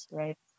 right